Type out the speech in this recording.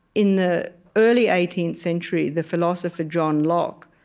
in the early eighteenth century, the philosopher john locke